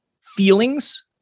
feelings